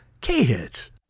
K-Hits